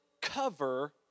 cover